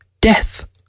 Death